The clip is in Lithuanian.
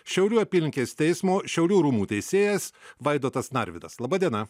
šiaulių apylinkės teismo šiaulių rūmų teisėjas vaidotas narvidas laba diena